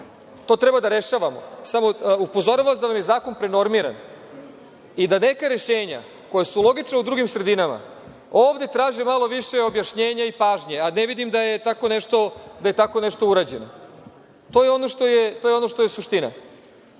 To treba da rešavamo. Upozoravam vas da vam je zakon prenormiran i da neka rešenja koja su logična u drugim sredinama ovde traže malo više objašnjenja i pažnje, a ne vidim da je tako nešto urađeno. To je ono što je suština.